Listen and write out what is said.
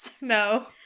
No